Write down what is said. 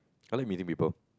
I like meeting people